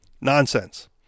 Nonsense